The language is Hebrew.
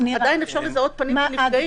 עדיין אפשר לזהות פנים של נפגעים.